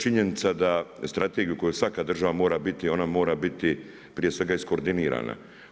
Činjenica da strategiju koju svaka država mora biti, ona mora biti prije svega iskoordinirana.